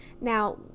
Now